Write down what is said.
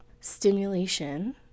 stimulation